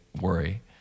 worry